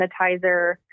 sanitizer